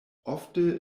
ofte